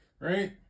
right